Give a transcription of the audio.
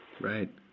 right